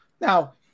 Now